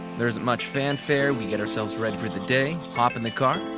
there isn't much fanfare, we get ourselves ready for the day, hop in the car,